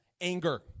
anger